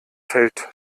feld